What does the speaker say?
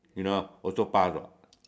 you know also pass [what]